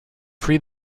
free